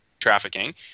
trafficking